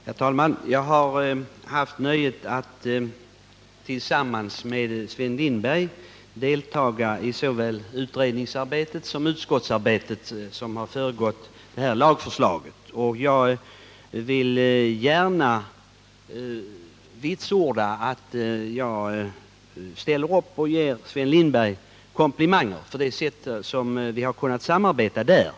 Herr talman! Jag har haft nöjet att tillsammans med Sven Lindberg delta i såväl utredningsarbetet som det utskottsarbete som har föregått det här lagförslaget, och jag ger gärna Sven Lindberg komplimanger för det sätt på vilket vi har kunnat samarbeta där.